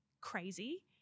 crazy